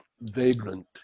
Vagrant